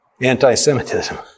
Anti-Semitism